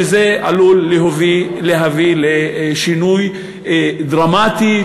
שזה עלול להביא לשינוי דרמטי,